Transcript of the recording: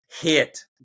hit